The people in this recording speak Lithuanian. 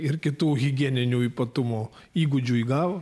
ir kitų higieninių ypatumo įgūdžių įgavo